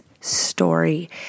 story